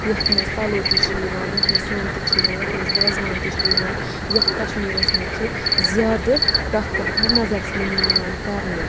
یَتھ مَنٛز پَلو تہِ چھِ یِوان یَتھ مَنٛز سۄن تہِ چھُ یِوان یَتھ مَنٛز وازوان تہِ چھُ یِوان یَتھ کشمیرَس مَنٛز چھُ زیادٕ تَتھ پٮ۪ٹھ نظر سٲنی یِوان کَرنہٕ